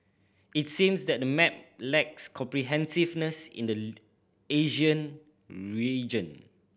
it seems that the map lacks comprehensiveness in the Asia region